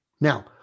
Now